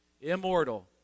immortal